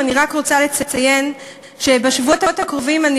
אני רק רוצה לציין שבשבועות הקרובים אני